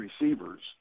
receivers